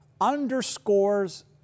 underscores